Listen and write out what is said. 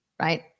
right